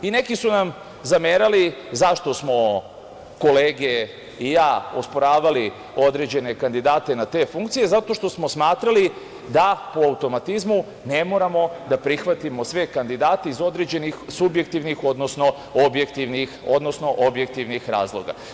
Neki su nam zamerali zašto smo kolege i ja osporavali određene kandidate na te funkcije, zato što smo smatrali da po automatizmu ne moramo da prihvatimo sve kandidate iz određenih, subjektivnih, odnosno objektivnih razloga.